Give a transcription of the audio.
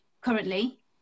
currently